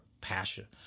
passion